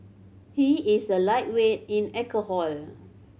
he is a lightweight in alcohol